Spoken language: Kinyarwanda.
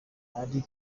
ari